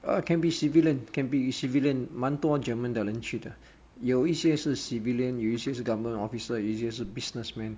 err can be civilian can be a civilian 蛮多 german 的人去的有一些是 civilian 有一些是 government officer 有一些是 businessmen